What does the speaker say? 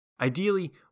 Ideally